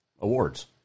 awards